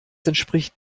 entspricht